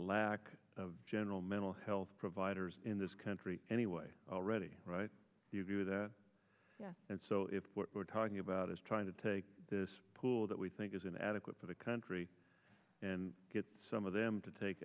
lack of general mental health providers in this country anyway already right you do that and so if we're talking about is trying to take this pool that we think is an adequate for the country and get some of them to take